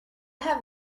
have